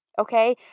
Okay